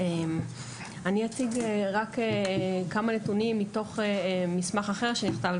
אני אציג רק כמה נתונים מתוך מסמך אחר שנכתב,